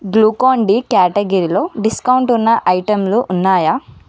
గ్లూకాన్డి క్యాటగరీలో డిస్కౌంటున్న ఐటెంలు ఉన్నాయా